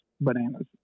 bananas